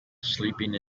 sleeping